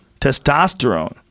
Testosterone